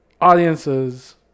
audiences